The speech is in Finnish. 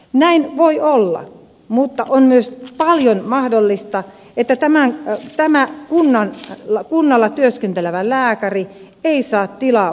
näin voi olla mutta on myös paljon mahdollista että tämä kunnalla työskentelevä lääkäri ei saa tilaa vuokrattua itselleen